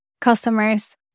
customers